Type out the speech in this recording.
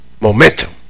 Momentum